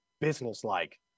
business-like